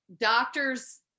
Doctors